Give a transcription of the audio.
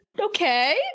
Okay